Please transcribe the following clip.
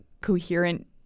coherent